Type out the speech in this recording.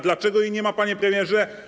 Dlaczego jej nie ma, panie premierze?